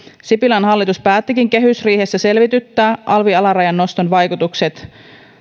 sipilän hallitus päättikin kehysriihessä selvityttää alvi alarajan noston vaikutukset